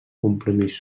compromís